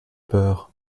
peur